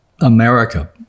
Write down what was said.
america